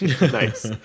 Nice